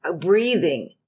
breathing